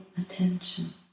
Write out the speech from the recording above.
attention